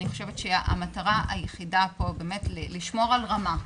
והמטרה היחידה פה היא לשמור על רמה.